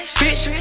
bitch